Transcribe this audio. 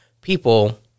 people